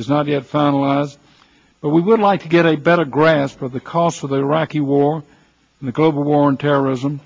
is not yet found allies but we would like to get a better grasp of the cost of the iraqi war the global war on terrorism